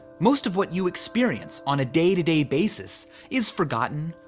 most of what you experience on a day-to-day basis is forgotten,